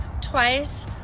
twice